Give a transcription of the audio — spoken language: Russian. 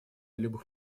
любых